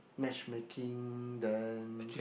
matching making then